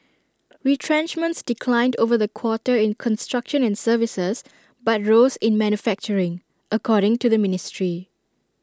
retrenchments declined over the quarter in construction and services but rose in manufacturing according to the ministry